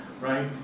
right